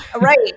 Right